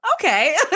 okay